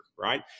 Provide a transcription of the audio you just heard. right